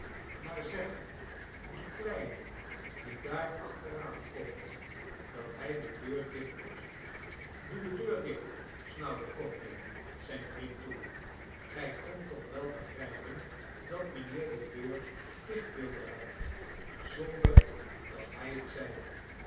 maar zeg dien kleine die daar achteraankomt dat hij de deur dicht doe doe de deur dicht snauwde codlin zijn vriend toe gij kondt toch wel begrijpen dat mijnheer de deur dicht wilde hebben zonder dat hij het zeide